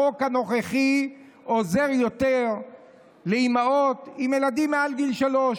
החוק הנוכחי עוזר יותר לאימהות עם ילדים מעל גיל שלוש,